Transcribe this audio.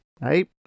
right